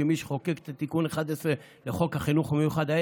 כמי שחוקק את תיקון 11 לחוק החינוך המיוחד: